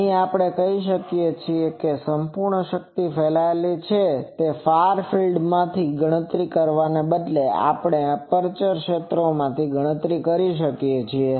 તેથી આપણે કહી શકીએ કે જે સંપૂર્ણ શક્તિ ફેલાયેલી છે તે ફાર ફિલ્ડ માંથી ગણતરી કરવાને બદલે આપણે એપ્રેચર ક્ષેત્રોમાંથી પણ ગણતરી કરી શકીએ છીએ